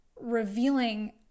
revealing